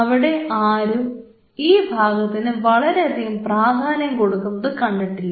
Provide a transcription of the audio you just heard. അവിടെ ആരും ഈ ഭാഗത്തിന് വളരെയധികം പ്രാധാന്യം കൊടുക്കുന്നത് കണ്ടിട്ടില്ല